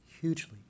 hugely